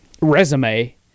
resume